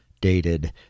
dated